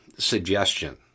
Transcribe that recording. Suggestion